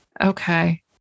Okay